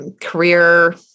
Career